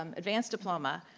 um advanced diploma,